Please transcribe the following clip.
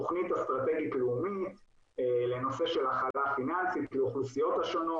תוכנית אסטרטגית לאומית לנושא של הכלה פיננסית לאוכלוסיות השונות.